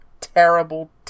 terrible